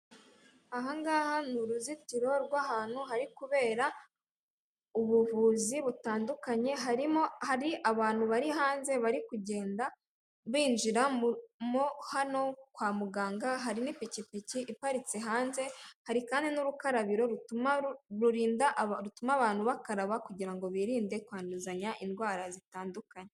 Ahangaha ni uruzitiro rw'ahantu hari kubera ubuvuzi butandukanye harimo hari abantu bari hanze bari kugenda binjiramo hano kwa muganga hari n'ipikipiki iparitse hanze hari kandi n'urukarabiro rutuma abantu bakaraba kugira ngo birinde kwanduzanya indwara zitandukanye.